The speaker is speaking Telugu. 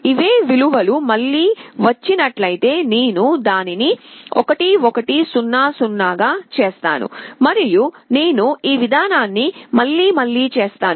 ఇవే విలువలు మళ్ళి వచ్చినట్లైతే నేను దానిని 1 1 0 0 గా చేస్తాను మరియు నేను ఈ విధానాన్ని మళ్ళి మళ్ళి చేస్తాను